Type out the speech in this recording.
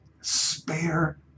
spare